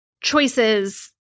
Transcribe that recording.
choices